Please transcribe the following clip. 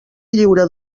lliure